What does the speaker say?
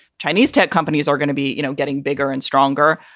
chinese tech companies are gonna be, you know, getting bigger and stronger.